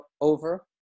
over